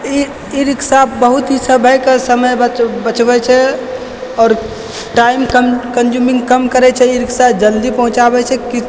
ई rickshaw बहुत ही सभेके समय बचबै छै आओर टाइम कंज्यूमिंग कम करै छै ई रिक्शा जल्दी पहुँचाबै छै